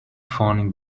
funny